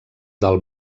del